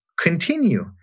continue